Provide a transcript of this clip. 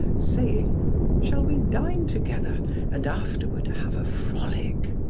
saying shall we dine together and afterward have a frolic?